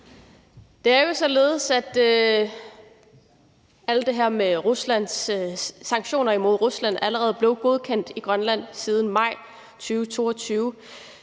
Det er jo således, at alt det her med sanktioner mod Rusland allerede blev godkendt i Grønland i maj 2022.